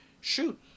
shoot